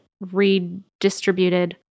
redistributed